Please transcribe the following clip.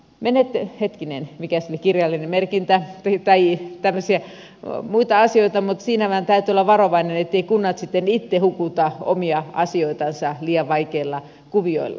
menee hetkinen mikä kirjallinen merkintä joitakin tämmöisiä muita asioita mutta siinä meidän täytyy olla varovaisia etteivät kunnat sitten itse hukuta omia asioitansa liian vaikeilla kuvioilla